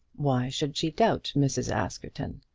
why should she doubt mrs. askerton?